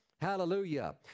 Hallelujah